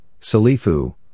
Salifu